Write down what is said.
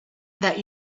that